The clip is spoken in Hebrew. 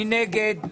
מי נגד?